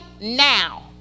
now